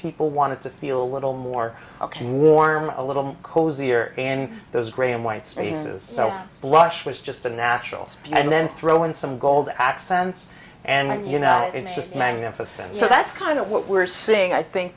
people wanted to feel a little more i can warm a little cozier in those gray and white spaces so blush was just the naturals and then throw in some gold accents and you know it's just magnificent so that's kind of what we're seeing i think